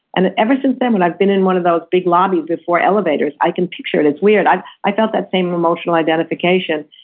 and ever since then when i've been in one of those big lobbies before elevators, i can picture it, its' weird i felt that same emotional identification,